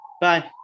Bye